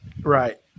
Right